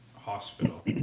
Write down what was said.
hospital